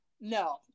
No